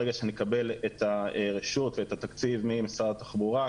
ברגע שנקבל את הרשות ואת התקציב ממשרד התחבורה,